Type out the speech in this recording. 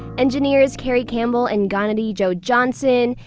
engineers cari campbell and galnadgee joe-johnson,